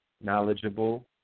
knowledgeable